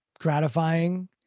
gratifying